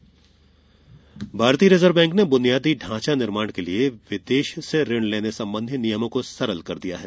reserve bank भारतीय reserve bank ने बुनियादी ढांचा निर्माण के लिए विदेश से ऋण लेने संबंधी नियमों को सरल कर दिया है